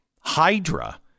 hydra